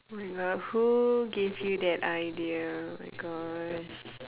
oh my god who give you that idea my gosh